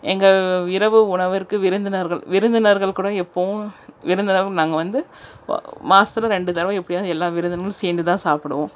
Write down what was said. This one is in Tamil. எங்கள் இரவு உணவிற்கு விருந்தினர்கள் விருந்தினர்கள் கூட எப்போவும் விருந்தினரும் நாங்கள் வந்து மாசத்தில் ரெண்டு தடவ எப்படியாவது எல்லா விருந்தினர்களும் சேர்ந்து தான் சாப்பிடுவோம்